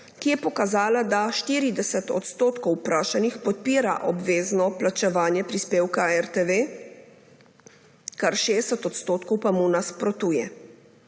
ki je pokazala, da 40 odstotkov vprašanih podpira obvezno plačevanje prispevka RTV, kar 60 odstotkov pa mu nasprotuje.